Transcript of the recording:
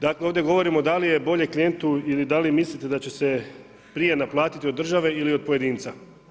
Dakle ovdje govorimo da li je bolje klijentu ili da li mislite da će se prije naplatiti od države ili od pojedinca?